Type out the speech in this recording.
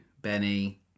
Benny